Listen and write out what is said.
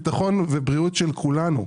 ביטחון ובריאות של כולנו.